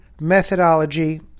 methodology